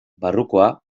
barrukoa